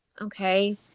okay